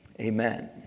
Amen